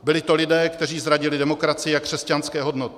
Byli to lidé, kteří zradili demokracii a křesťanské hodnoty.